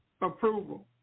approval